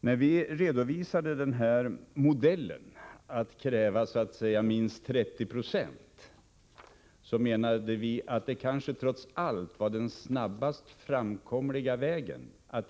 När vi redovisade modellen att kräva minst 30 96 reduktion, så menade vi att detta kanske trots allt var den snabbaste framkomliga vägen.